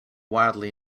wildly